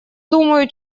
думаю